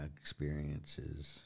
experiences